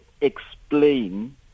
explain